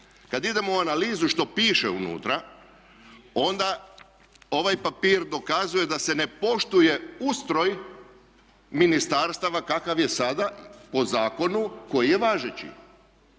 Kada idemo u analizu što piše unutra onda ovaj papir dokazuje da se ne poštuje ustroj ministarstava kakav je do sada po zakonu koji je važeći